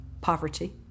poverty